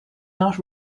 not